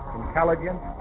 intelligence